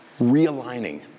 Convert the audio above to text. realigning